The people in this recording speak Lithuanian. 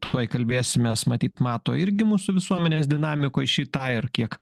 tuoj kalbėsimės matyt mato irgi mūsų visuomenės dinamikoj šį tą ir kiek